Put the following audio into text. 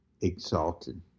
exalted